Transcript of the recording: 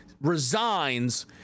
resigns